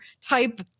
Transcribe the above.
type